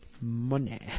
money